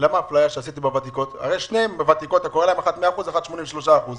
למה אחת 100 אחוזים ואחת 83 אחוזים?